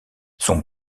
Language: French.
son